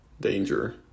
Danger